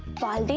vase